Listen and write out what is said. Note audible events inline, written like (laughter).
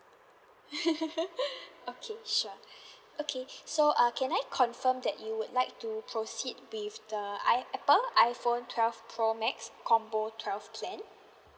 (laughs) okay sure okay so uh can I confirm that you would like to proceed with the i~ apple iphone twelve pro max combo twelve plan